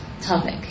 topic